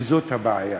וזאת הבעיה.